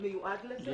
שמיועד לזה,